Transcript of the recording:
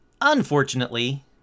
unfortunately